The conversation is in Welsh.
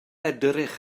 edrych